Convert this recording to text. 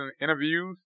interviews